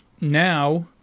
Now